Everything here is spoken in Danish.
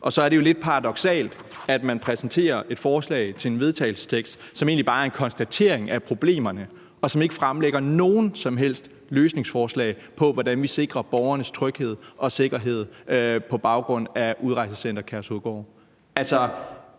Så er det jo lidt paradoksalt, at man præsenterer et forslag til vedtagelse, som egentlig bare er en konstatering af problemerne, og som ikke fremlægger nogen som helst løsningsforslag, i forhold til hvordan vi sikrer borgernes tryghed og sikkerhed på baggrund af Udrejsecenter Kærshovedgård.